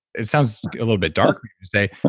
it sounds a little bit dark to say,